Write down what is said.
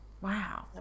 Wow